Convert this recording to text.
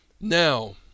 Now